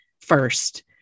first